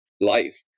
life